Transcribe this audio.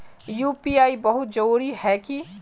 UPI बहुत जरूरी है की?